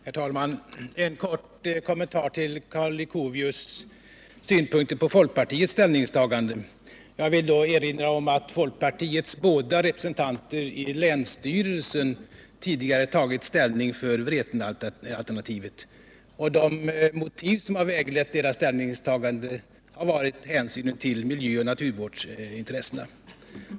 Herr talman! Jag vill bara göra en kort kommentar till Karl Leuchovius synpunkter på folkpartiets ställningstaganden. Jag vill erinra om att folkpartiets båda representanter i länsstyrelsen tidigare har tagit ställning för Vretenalternativet. Det motiv som har väglett deras ställningstaganden har varit hänsynen till miljöoch naturvårdsintressena.